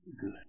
good